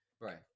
Right